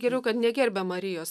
geriau kad negerbia marijos